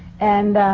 and